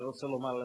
אני רוצה לומר לך,